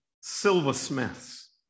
silversmiths